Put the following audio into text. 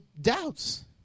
doubts